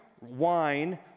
wine